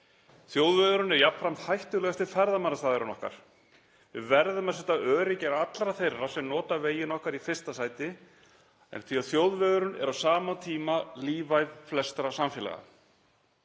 Þjóðvegurinn er jafnframt hættulegasti ferðamannastaðurinn okkar. Við verðum að setja öryggi allra þeirra sem nota vegina okkar í fyrsta sæti því að þjóðvegurinn er á sama tíma lífæð flestra samfélaga.